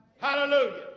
Hallelujah